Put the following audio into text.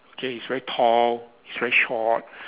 okay he's very tall he's very short